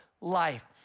life